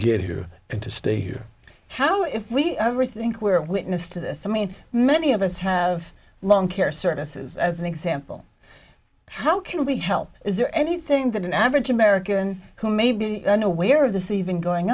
get here and to stay here how if we ever think we're witness to this i mean many of us have long care services as an example how can we help is there anything that an average american who may be unaware of this even going